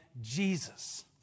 jesus